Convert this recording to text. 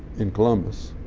in columbus,